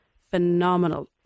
phenomenal